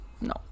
no